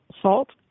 salt